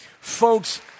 Folks